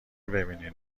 ببینین